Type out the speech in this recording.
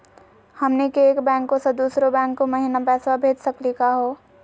हमनी के एक बैंको स दुसरो बैंको महिना पैसवा भेज सकली का हो?